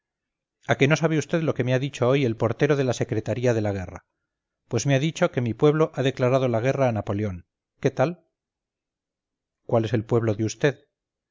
a que no sabe vd lo que me ha dicho hoy el portero de la secretaría dela guerra pues me ha dicho que mi pueblo ha declarado la guerra a napoleón qué tal cuál es el pueblo de